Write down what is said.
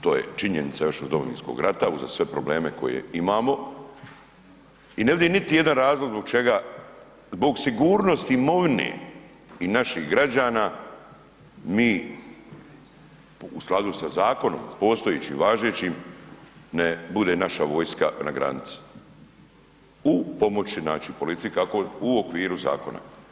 to je činjenica još od Domovinskog rata uza sve probleme koje imamo, i ne vidim niti jedan razlog zbog čega zbog sigurnosti imovine i naših građana mi u skladu sa zakonom, postojećim, važećim ne bude naša vojska na granici u pomoći, znači, policiji kako, u okviru zakona.